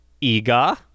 Ega